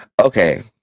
Okay